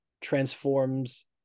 transforms